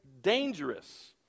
dangerous